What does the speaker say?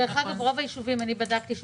דרך אגב, רוב הישובים שמוגדרים